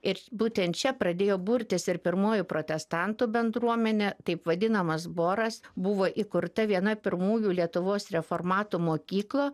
ir būtent čia pradėjo burtis ir pirmoji protestantų bendruomenė taip vadinamas boras buvo įkurta viena pirmųjų lietuvos reformatų mokykla